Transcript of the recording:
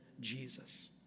Jesus